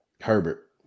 Herbert